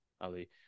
Ali